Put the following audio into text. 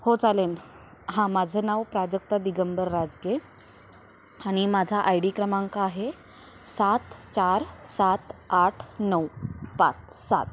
हो चालेल हां माझं नाव प्राजक्ता दिगंबर राजके आणि माझा आय डी क्रमांक आहे सात चार सात आठ नऊ पाच सात